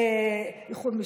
איחוד משפחות,